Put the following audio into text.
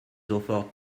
sofort